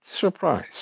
surprise